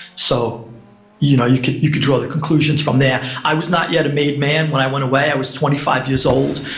so you know you could you could draw the conclusions from there. i was not yet a made man when i went away. i was twenty five years old.